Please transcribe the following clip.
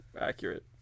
Accurate